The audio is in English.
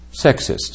sexist